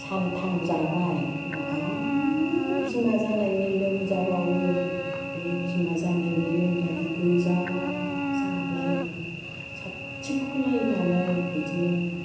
सानथाम जाबाय होनबा आरो बिमा जानायनि लोमजाबावो बे बिमा जानायनि लोमजानायखौ गोजा जाहाब लायो साथिख'लायनानै बिदिनो